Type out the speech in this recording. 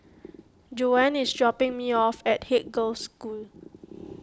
Joann is dropping me off at Haig Girls' School